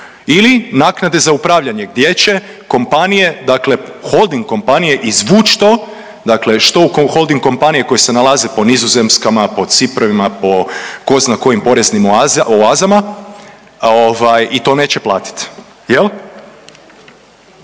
ili naknade za upravljanje gdje će kompanije dakle holding kompanije izvući to dakle što u holding kompanije koje se nalaze po Nizozemskama, po Ciprovima, pa tko zna kojim poreznim oazama i to neće platiti